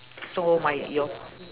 so my your